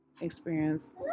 experience